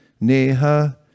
neha